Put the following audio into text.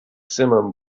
simum